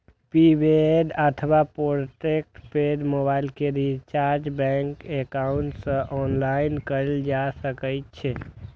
prepaid अथवा postpaid mobile के recharge bank account सं ऑनलाइन कैल जा सकै छै